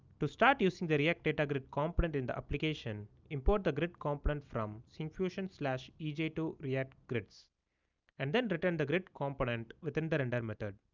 to start using the react data grid component in the application import the gridcomponent from syncfusion so like e j two react grids' and then return the gridcomponent within the render method.